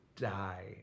die